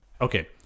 Okay